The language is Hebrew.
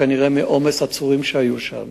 זה כנראה מעומס עצורים שהיו שם.